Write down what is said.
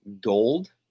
Gold